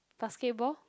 basketball